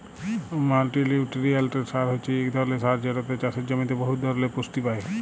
মাল্টিলিউটিরিয়েল্ট সার হছে ইক ধরলের সার যেটতে চাষের জমিতে বহুত ধরলের পুষ্টি পায়